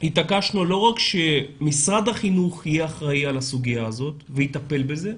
התעקשנו לא רק שמשרד החינוך יהיה אחראי על הסוגיה הזאת ויטפל בזה,